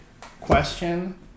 question